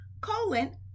colon